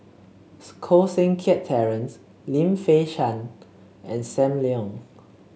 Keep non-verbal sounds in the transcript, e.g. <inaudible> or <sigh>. <unintelligible> Koh Seng Kiat Terence Lim Fei Shen and Sam Leong